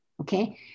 okay